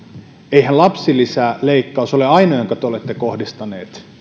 eihän lapsilisäleikkaus ole ainoa jonka te olette kohdistaneet